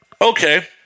okay